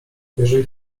jeżeli